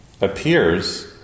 appears